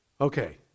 Okay